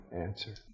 answer